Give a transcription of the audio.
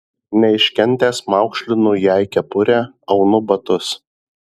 neiškentęs maukšlinu jai kepurę aunu batus